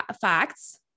facts